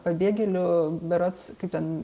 pabėgėlių berods kaip ten